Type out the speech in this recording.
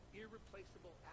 irreplaceable